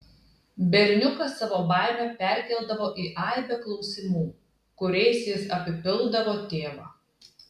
berniukas savo baimę perkeldavo į aibę klausimų kuriais jis apipildavo tėvą